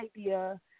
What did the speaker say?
idea